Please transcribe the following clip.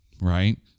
right